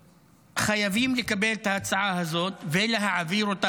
חייבים לקבל את ההצעה הזאת ולהעביר אותה